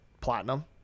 platinum